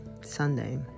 Sunday